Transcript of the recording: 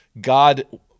God